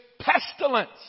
pestilence